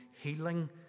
healing